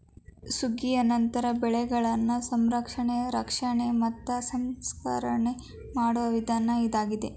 ಸುಗ್ಗಿಯ ನಂತರ ಬೆಳೆಗಳನ್ನಾ ಸಂರಕ್ಷಣೆ, ರಕ್ಷಣೆ ಮತ್ತ ಸಂಸ್ಕರಣೆ ಮಾಡುವ ವಿಧಾನ ಇದಾಗಿದೆ